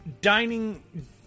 dining